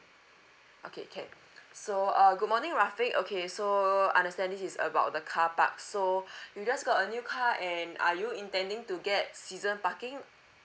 okay can so uh good morning rafiq okay so understand this is about the car park so you just got a new car and are you intending to get season parking